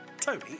Tony